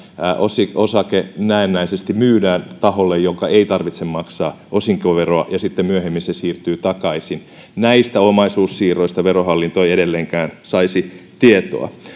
osake osake näennäisesti myydään taholle jonka ei tarvitse maksaa osinkoveroa ja sitten myöhemmin se siirtyy takaisin näistä omaisuussiirroista verohallinto ei edelleenkään saisi tietoa